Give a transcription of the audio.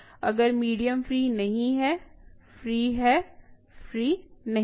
अगर medium free नहीं है फ्री है फ्री नहीं है